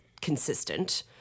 consistent